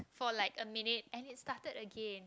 for like a minute and it started again